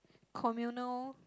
communal